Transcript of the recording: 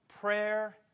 Prayer